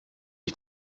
ich